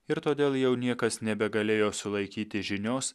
ir todėl jau niekas nebegalėjo sulaikyti žinios